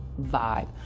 vibe